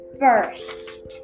first